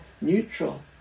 neutral